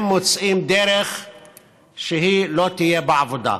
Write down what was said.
הם מוצאים דרך שהיא לא תהיה בעבודה.